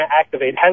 activate